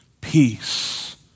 peace